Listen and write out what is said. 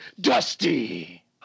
Dusty